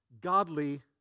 godly